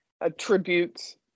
attributes